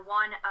one